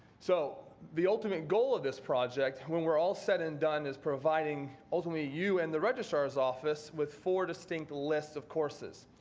so the ultimate goal of this project when we're all said and done is providing ultimately you and the registrar's office with four distinct lists of courses.